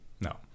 No